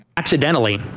accidentally